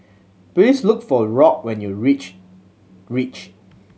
please look for Rock when you reach Reach